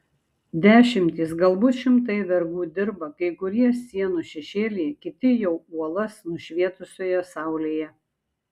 dešimtys galbūt šimtai vergų dirba kai kurie sienų šešėlyje kiti jau uolas nušvietusioje saulėje